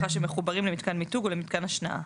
שמחוברים למתקן מיתוג או למתקן השנעה.